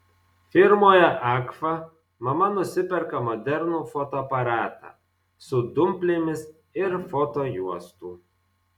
firmoje agfa mama nusiperka modernų fotoaparatą su dumplėmis ir fotojuostų